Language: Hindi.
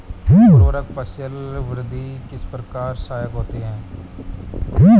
उर्वरक फसल वृद्धि में किस प्रकार सहायक होते हैं?